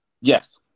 yes